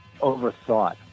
overthought